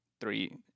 three